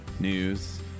news